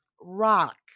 Rock